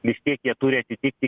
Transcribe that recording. vis tiek jie turi atitikti